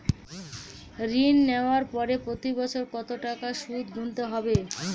ঋণ নেওয়ার পরে প্রতি বছর কত টাকা সুদ গুনতে হবে?